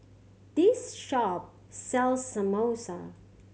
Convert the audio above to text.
this shop sells Samosa